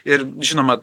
ir žinoma